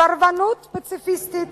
סרבנות פציפיסטית